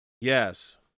Yes